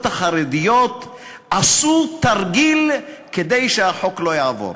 החרדיות עשו תרגיל כדי שהחוק לא יעבור.